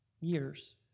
years